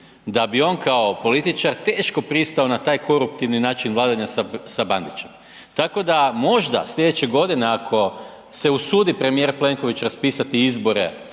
da bi on kao političar teško pristao na taj koruptivni način vladanja sa Bandićem. Tako da možda slijedeće godine, ako se usudi premijer Plenković raspisati izbore